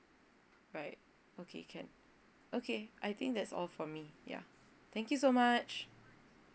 right okay can okay I think that's all for me yeah thank you so much